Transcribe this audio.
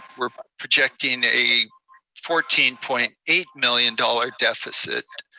we're projecting a fourteen point eight million dollars deficit.